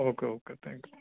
okay okay thank you